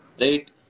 right